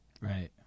Right